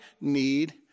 need